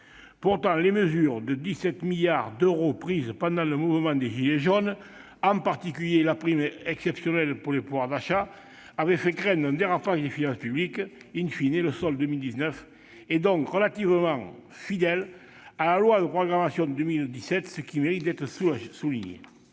Pourtant, les mesures de 17 milliards d'euros prises pendant le mouvement des « gilets jaunes », en particulier la prime exceptionnelle de pouvoir d'achat, avaient fait craindre un dérapage des finances publiques., le solde de 2019 est donc relativement fidèle à la loi de programmation de 2017, ce qui mérite d'être souligné.